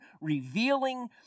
revealing